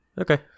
Okay